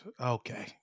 Okay